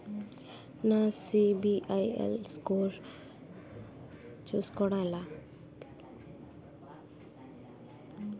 నా సిబిఐఎల్ స్కోర్ చుస్కోవడం ఎలా?